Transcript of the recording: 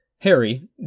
Harry